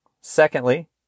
Secondly